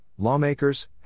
lawmakers